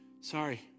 sorry